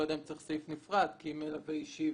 לא יודע אם צריך סעיף נפרד כי אם מלווה אישי,